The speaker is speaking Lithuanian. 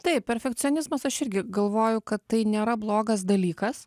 taip perfekcionizmas aš irgi galvoju kad tai nėra blogas dalykas